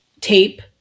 tape